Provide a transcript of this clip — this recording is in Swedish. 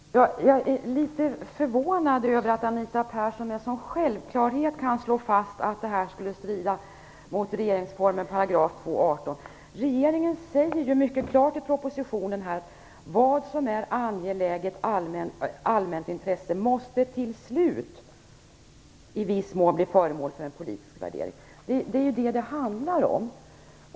Fru talman! Jag är litet förvånad över att Anita Persson med sådan självklarhet kan slå fast att det här skulle strida mot 2 kap. 18 § regeringsformen. Regeringen säger ju mycket klart i propositionen att vad som är angeläget allmänt intresse till slut i viss mån måste bli föremål för en politisk värdering. Det är ju det det handlar om.